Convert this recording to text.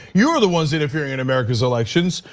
you are the ones interfering in america's elections.